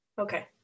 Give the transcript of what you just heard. Okay